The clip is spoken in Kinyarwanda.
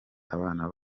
abana